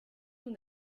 nous